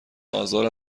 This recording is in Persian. آزار